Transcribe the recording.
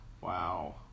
Wow